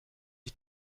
ich